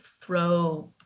throw